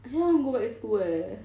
actually I want to go back to school eh